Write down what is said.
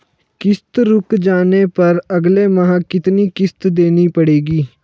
किश्त रुक जाने पर अगले माह कितनी किश्त देनी पड़ेगी?